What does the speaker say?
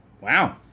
Wow